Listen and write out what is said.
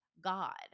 God